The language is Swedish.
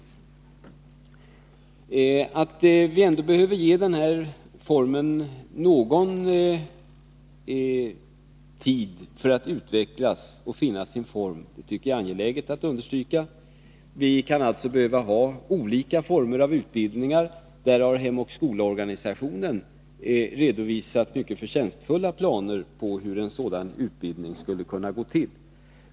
Det är viktigt att poängtera att vi ändå bör ge detta samrådsorgan någon tid för att utvecklas och finna sin form. Vi kan här behöva olika typer av utbildningar. På denna punkt har Hem och Skola-organisationen redovisat mycket förtjänstfulla planer på hur en sådan utbildning skulle kunna gå till.